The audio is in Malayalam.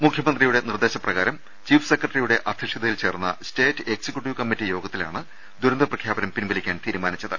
മുഖ്യമന്ത്രിയുടെ നിർദ്ദേശപ്രകാരം ചീഫ് സെക്രട്ടറിയുടെ അധ്യക്ഷതയിൽ ചേർന്ന സ്റ്റേറ്റ് എക്സിക്യൂട്ടീവ് കമ്മിറ്റി യോഗത്തിലാണ് ദുരന്ത പ്രഖ്യാപനം പിൻവലിക്കാൻ തീരുമാനിച്ചത്